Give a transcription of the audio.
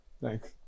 Thanks